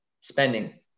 spending